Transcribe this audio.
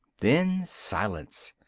then silence,